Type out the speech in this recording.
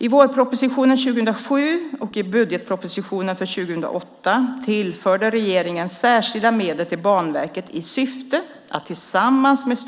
I vårpropositionen 2007 och i budgetpropositionen för 2008 tillförde regeringen särskilda medel till Banverket i syfte att tillsammans med